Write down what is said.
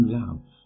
love